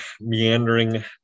meandering